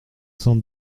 cents